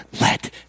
let